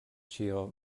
ĉio